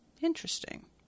Interesting